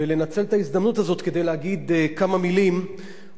ולנצל את ההזדמנות הזאת כדי לומר כמה מלים על